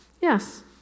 yes